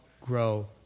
grow